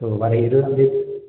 so வர இருபதாந்தேதி